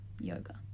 Yoga